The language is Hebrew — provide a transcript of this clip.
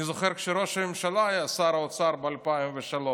אני זוכר שכשראש הממשלה היה שר האוצר ב-2003,